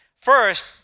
First